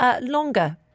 longer